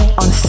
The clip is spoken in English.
on